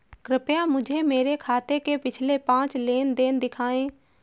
कृपया मुझे मेरे खाते से पिछले पाँच लेन देन दिखाएं